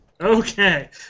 Okay